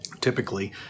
typically